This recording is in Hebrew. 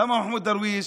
למה מחמוד דרוויש?